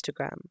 Instagram